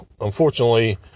unfortunately